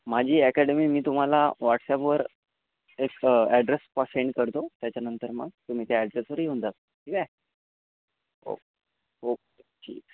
माझी अकॅडमी मी तुम्हाला व्हॉट्सॲपवर एक ॲड्रेस सेंड करतो त्याच्या नंतर मग तुम्ही त्या ॲड्रेसवर येऊन जा ठीक आहे ओके ओके ठीक आहे